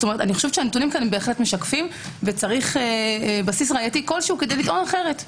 הנתונים פה בהחלט משקפים וצריך בסיס ראיתי כלשהו לטעון אחרת.